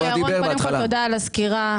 ירון, קודם כול, תודה על הסקירה,